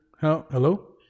hello